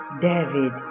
David